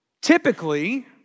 Typically